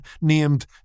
named